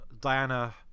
Diana